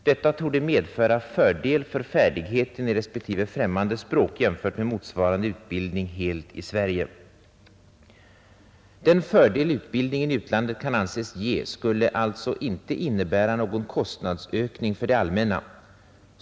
Detta torde medföra fördel för färdigheten i respektive främmande språk jämfört med motsvarande utbildning helt i Sverige. Den fördel utbildningen i utlandet kan anses ge skulle alltså inte innebära någon kostnadsökning för det allmänna.